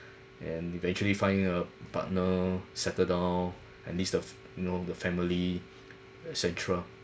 and eventually find a partner settle down at least the f~ you know the family et cetera